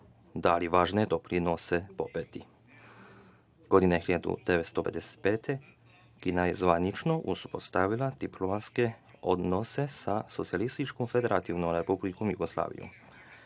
dali važne doprinose. Godine 1955. Kina je zvanično uspostavila diplomatske odnose sa Socijalističkom federativnom Republikom Jugoslavijom.